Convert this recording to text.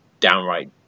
downright